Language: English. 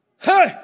Hey